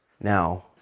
now